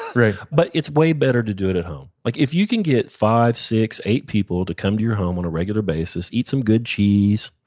but it's way better to do it at home. like if you can get five, six, eight people to come to your home on a regular basis, eat some good cheese,